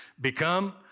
become